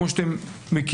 כמו שאתם מכירים,